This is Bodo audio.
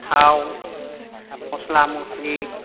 थाव मस्ला मस्लि